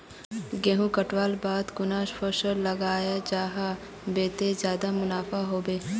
गेंहू कटवार बाद कुंसम फसल लगा जाहा बे ते ज्यादा मुनाफा होबे बे?